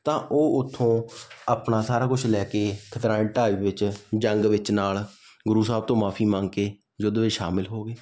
ਤਾਂ ਉਹ ਉੱਥੋਂ ਆਪਣਾ ਸਾਰਾ ਕੁਝ ਲੈ ਕੇ ਖਦਰਾਣੇ ਦੀ ਢਾਬ ਵਿੱਚ ਜੰਗ ਵਿੱਚ ਨਾਲ ਗੁਰੂ ਸਾਹਿਬ ਤੋਂ ਮਾਫੀ ਮੰਗ ਕੇ ਯੁੱਧ ਵਿੱਚ ਸ਼ਾਮਿਲ ਹੋ ਗਏ